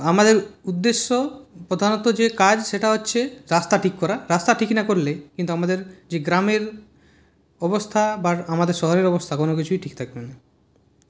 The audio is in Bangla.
আমাদের উদ্দেশ্য প্রধানত যে কাজ সেটা হচ্ছে রাস্তা ঠিক করা রাস্তা ঠিক না করলে কিন্তু আমাদের যে গ্রামের অবস্থা বা আমাদের শহরের অবস্থা কোনও কিছুই ঠিক থাকবে না